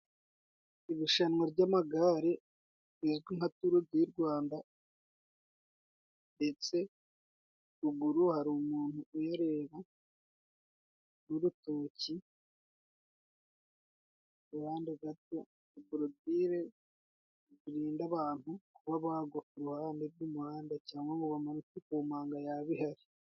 Irushanwa ry'amagare rizwi nka turu di Rwanda, ndetse ruguru hari umuntu uyareba n' urutoki, uruhande gato, borodire irinda abantu kuba bagwa ku ruhande rw'umuhanda cyangwa ngo bamanuke ku manga yaba ihari.